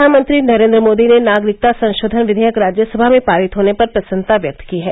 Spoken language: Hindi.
प्रधानमंत्री नरेन्द्र मोदी ने नागरिकता संशोधन विधेयक राज्य सभा में पारित होने पर प्रसन्नता व्यक्त की है